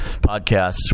Podcasts